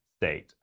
state